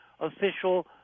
official